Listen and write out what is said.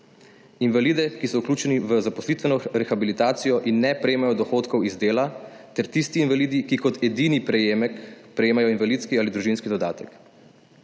Invalide, ki so vključeni v zaposlitveno rehabilitacijo in ne prejemajo dohodkov iz dela ter tisti invalidi, ki kot edini prejemek prejemajo invalidski ali družinski dodatek.